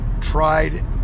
tried